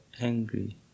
angry